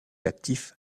actif